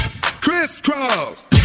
Crisscross